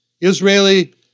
Israeli